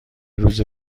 روز